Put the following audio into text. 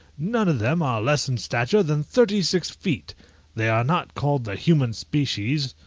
none of them are less in stature than thirty-six feet they are not called the human species,